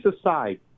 aside